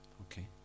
Okay